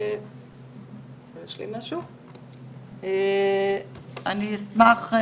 אני אשמח,